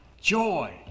joy